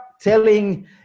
telling